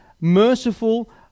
merciful